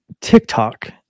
TikTok